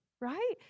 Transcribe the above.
right